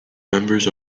members